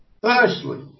Firstly